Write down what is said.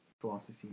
Philosophy